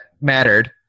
mattered